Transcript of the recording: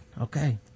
okay